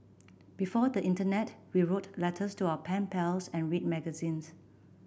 before the internet we wrote letters to our pen pals and read magazines